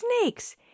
snakes